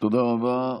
תודה רבה.